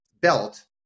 belt